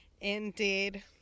Indeed